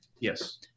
Yes